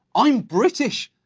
i'm british!